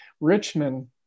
Richmond